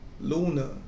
Luna